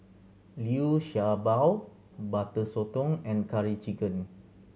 Liu Sha Bao Butter Sotong and Curry Chicken